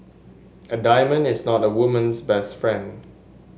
a diamond is not a woman's best friend